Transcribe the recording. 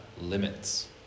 limits